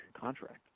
contract